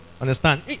understand